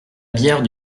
bière